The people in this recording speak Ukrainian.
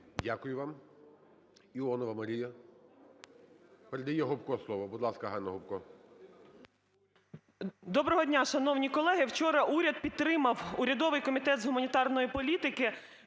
Дякую вам. Іонова Марія передає Гопко слово. Будь ласка, Ганна Гопко.